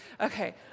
Okay